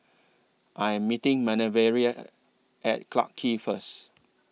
I Am meeting Manervia At Clarke Quay First